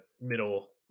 middle